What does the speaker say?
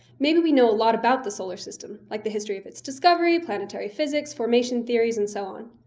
maybe we know a lot about the solar system, like the history of its discovery, planetary physics, formation theories, and so on.